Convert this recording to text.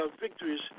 victories